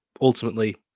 ultimately